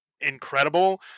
incredible